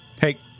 Hey